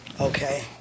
Okay